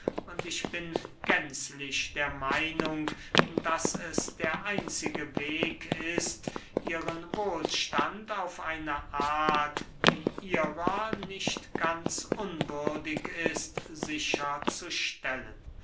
und ich bin gänzlich der meinung daß es der einzige weg ist ihren wohlstand auf eine art die ihrer nicht ganz unwürdig ist